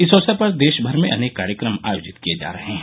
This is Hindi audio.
इस अवसर पर देशभर में अनेक कार्यक्रम आयोजित किए जा रहे हैं